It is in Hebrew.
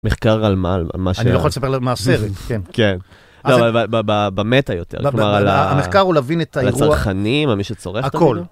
מחקר על מה? על מה ש... אני לא יכול לספר על מה הסרט, כן. כן. לא, במטה יותר. כלומר, המחקר הוא להבין את האירוע... על הצרכנים, על מי שצורך את הכול.